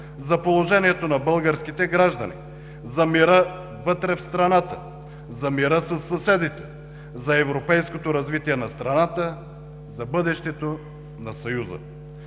за положението на българските граждани, за мира вътре в страната, за мира със съседите, за европейското развитие на страната, за бъдещето на Съюза.